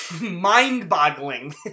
mind-boggling